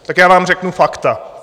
Tak já vám řeknu fakta.